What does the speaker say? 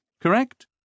correct